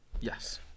Yes